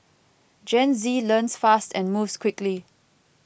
Gen Z learns fast and moves quickly